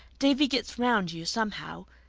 davy gets round you somehow.